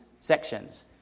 sections